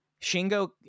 Shingo